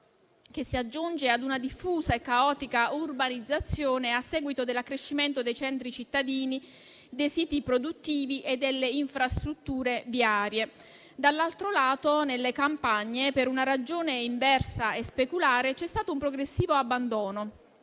che si aggiungono a una diffusa e caotica urbanizzazione a seguito dell'accrescimento dei centri cittadini, dei siti produttivi e delle infrastrutture viarie. Dall'altro lato, nelle campagne, per una ragione inversa e speculare, c'è stato un progressivo abbandono,